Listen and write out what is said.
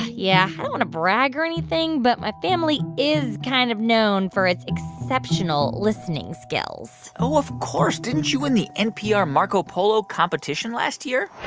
yeah. i don't want to brag or anything, but my family is kind of known for its exceptional listening skills oh, of course, didn't you win the npr marco polo competition last year?